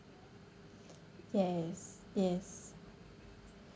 yes yes